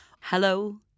Hello